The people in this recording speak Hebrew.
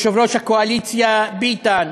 יושב-ראש הקואליציה ביטן,